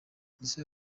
ese